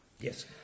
yes